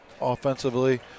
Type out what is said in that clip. offensively